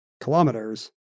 kilometers